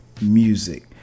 Music